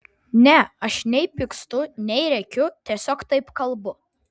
ne aš nei pykstu nei rėkiu tiesiog taip kalbu